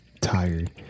tired